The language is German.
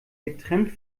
getrennt